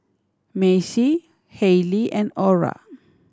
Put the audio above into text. Maci Hailey and Orra